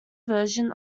version